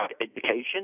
education